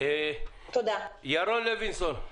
ירון לוינסון,